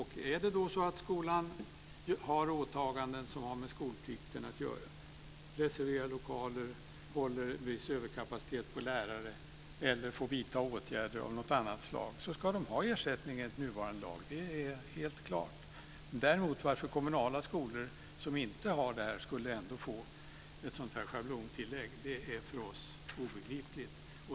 Har skolan åtaganden som har med skolplikten att göra, reserverar lokaler, håller viss överkapacitet när det gäller lärare eller får vidta åtgärder av något annat slag, ska den ha ersättning enligt nuvarande lag. Det är helt klart. Varför kommunala skolor som inte har detta åtagande ändå skulle få ett sådant här schablontillägg är för oss obegripligt.